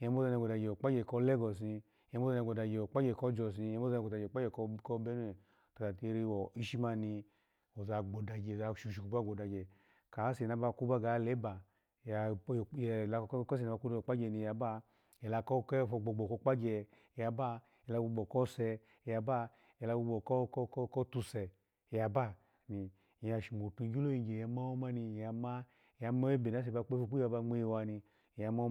Nya moza ni gbo da gyu okpa gye ko lagos ni, nya moza ni gbodagye okpagye ko jos ni, mya moza ni gbodagye okpagye ko beniwen tuta tiriri ni wishi mani, oza gbodagye oza shushuku ba gbodagye, ka wase ni abaku baga leba, ya ela kase ni abaku ni yaba, ela keho gbo go gbo ko kpagye yaba, ela gbo gbo kose ya ba, ela gbogbo kotusu ga ba, ri ya sho matu ni, igyola yigye iyama woma iyama, iya mebe nase ba kpefu kpiyiwa ni ba ngwiyiwani iya ma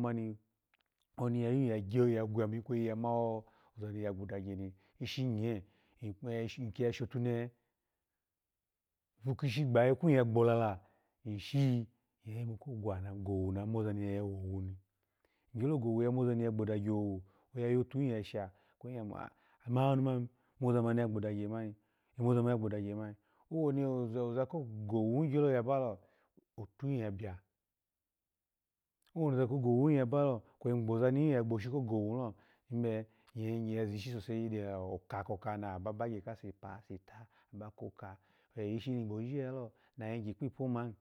oni ya yu yagwabo ikwuyi ya mawoza ni ya gboda gye ni ushi nye, ikuma iki ya shotunehe, ipukishi gbay yi kulu ya gbola la inshi, iya yimu kogwa na gowu na moza ni ya yawu owu ni, igyo gowu ni moza ni ya gbodigyu owu ni oya yotu yasha, kweyi nya ah mawa mumani, mozani ya gbodagya ebe mani, mozu mani ni ya gbodagye ebe mani, moza mani ni ya gbodagye ebve mani, owoni oza ko gowo li gyolo yabalo, otuli ya biya, owo ni za ko gowu yabalo kwe igboza ni yu ya yboshu ko go wu ni lo, ebe iya yigye ya zishi sose do oka koka na ba bagye kasepa ni ba ko ka kwe ishi ni gbojiji ya yalo ne yigye kpo ipomali,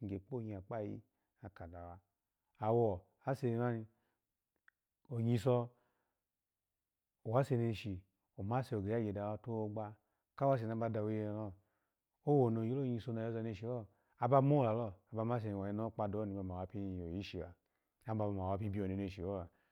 gigye kponya, kpa yi aka daak awo ase mani nyiso wase neshi, omasu ageyagyu dawa toweo gbo gba, kawoso naba dawo iye nilo, owoni oggolo nyiso ni aya yoza neshilo, aba molalo ata mase ni wena bo kyude bo, ato mawa byo yishila, aba mawa bipiya mepeshi lalo